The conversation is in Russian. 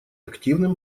активным